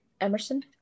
Emerson